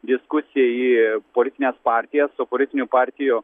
diskusija į politines partijas o politinių partijų